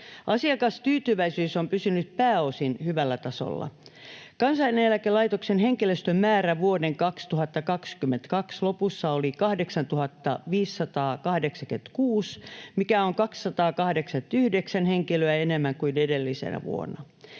Asiakastyytyväisyys on pysynyt pääosin hyvällä tasolla. Kansaneläkelaitoksen henkilöstön määrä vuoden 2022 lopussa oli 8 586, mikä on 289 henkilöä enemmän kuin edellisenä vuonna.